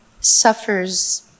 suffers